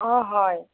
অঁ হয়